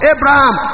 Abraham